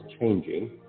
changing